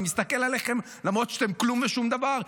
אני מסתכל עליכם למרות שאתם כלום ושום דבר,